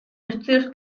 estudios